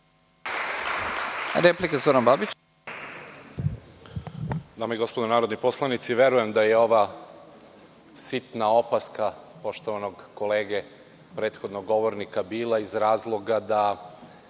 Dame i gospodo narodni poslanici, verujem da je ova sitna opaska poštovanog kolege, prethodnog govornika iz razloga da